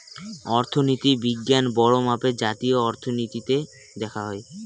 অর্থনীতি বিজ্ঞান বড়ো মাপে জাতীয় অর্থনীতিতে দেখা হয়